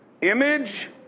image